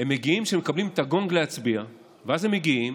כשהם שמקבלים את הגונג להצביע, ואז הם מגיעים